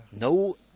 No